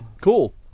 Cool